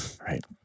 right